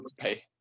pay